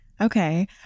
Okay